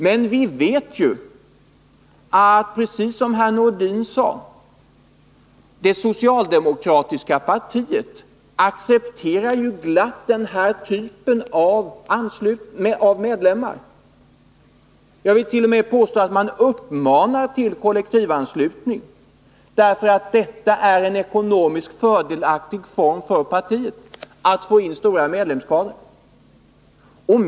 Men vi vet ju att, precis som herr Nordin sade, det socialdemokratiska partiet glatt accepterar den här typen av medlemmar. Jag vill t.o.m. påstå att man uppmanar till kollektivanslutning därför att detta är en ekonomiskt fördelaktig form för partiet att få in stora medlemskadrer.